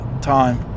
time